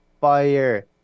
fire